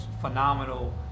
phenomenal